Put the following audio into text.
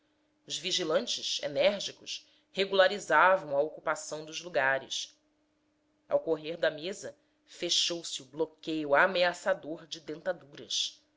os vigilantes enérgicos regularizavam a ocupação dos lugares ao correr da mesa fechou-se o bloqueio ameaçador de dentaduras